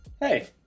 hey